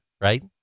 right